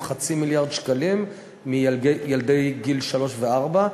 חצי מיליארד שקלים מילדי גיל שלוש וארבע,